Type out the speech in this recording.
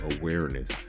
awareness